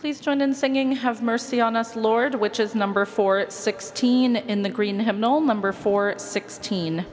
please join in singing have mercy on us lord which is number four at sixteen in the green have no member for sixteen